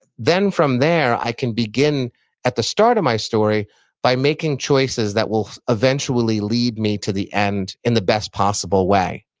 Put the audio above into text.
then from there, i can begin at the start of my story by making choices that will eventually lead me to the end in the best possible way.